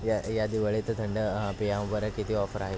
या या दिवाळीत थंड पेयांवर किती ऑफर आहेत